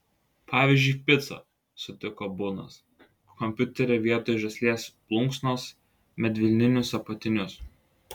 pavyzdžiui picą sutiko bunas kompiuterį vietoj žąsies plunksnos medvilninius apatinius